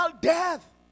death